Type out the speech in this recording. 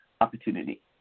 opportunity